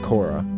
Cora